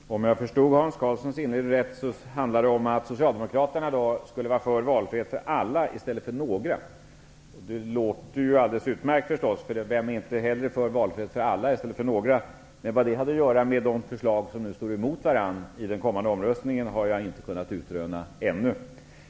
Herr talman! Om jag förstod Hans Karlssons inlägg rätt handlade det om att Socialdemokraterna skulle vara för valfrihet åt alla i stället för åt några. Det låter alldeles utmärkt -- vem är inte hellre för valfrihet åt alla i stället för åt några? Men vad det hade att göra med de förslag som nu står emot varandra i den kommande omröstningen har jag inte kunnat utröna ännu.